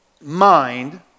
mind